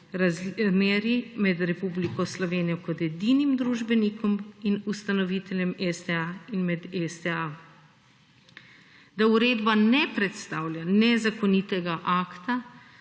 razmerij med Republiko Slovenijo kot edinim družbenikom in ustanoviteljem STA in med STA. Da uredba ne predstavlja nezakonitega akta,